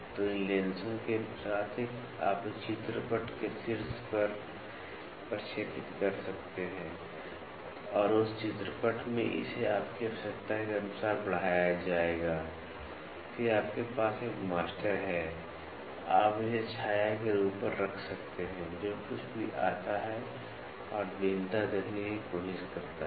तो इन लेंसों के साथ आप एक चित्रपट के शीर्ष पर प्रक्षेपित कर सकते हैं और उस चित्रपट में इसे आपकी आवश्यकता के अनुसार बढ़ाया जाएगा फिर आपके पास एक मास्टर है आप इसे छाया के ऊपर रख सकते हैं जो कुछ भी आता है और भिन्नता देखने की कोशिश करता है